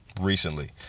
recently